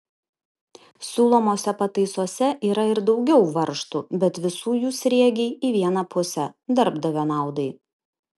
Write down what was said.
siūlomose pataisose yra ir daugiau varžtų bet visų jų sriegiai į vieną pusę darbdavio naudai